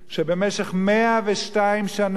שבמשך 102 שנה,